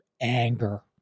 anger